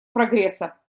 прогресса